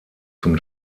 zum